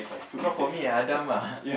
not for me ah I dumb ah